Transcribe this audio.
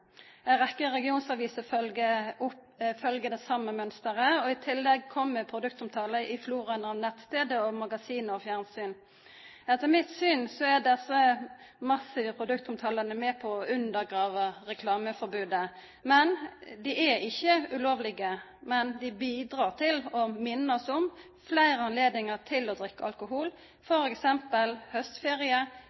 det same mønsteret, og i tillegg kjem produktomtale i floraen av nettstader, magasin og fjernsyn. Etter mitt syn er desse massive produktomtalene med på å undergrava reklameforbodet. Dei er ikkje ulovlege, men dei bidreg til å minna oss om fleire anledningar til å drikka alkohol, f.eks. haustferie,